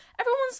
Everyone's